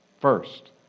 First